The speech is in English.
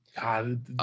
God